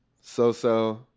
So-So